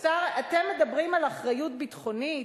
אתם מדברים על אחריות ביטחונית?